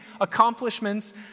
accomplishments